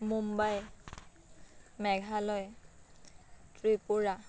Mumbai Meghalaya Tripura